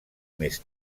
més